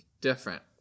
different